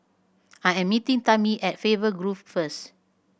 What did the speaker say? I am meeting Tami at Faber Grove first